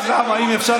למה אתם, אם אפשר